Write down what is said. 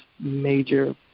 major